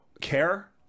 care